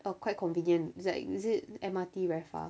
oh quite convenient is the exit M_R_T very far